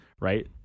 right